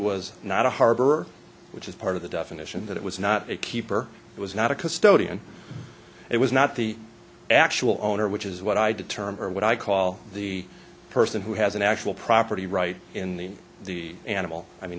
was not a harbor which is part of the definition that it was not a keeper it was not a custodian it was not the actual owner which is what i determine what i call the person who has an actual property right in the animal i mean